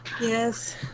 Yes